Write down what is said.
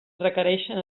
requereixen